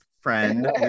friend